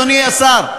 אדוני השר.